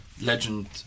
legend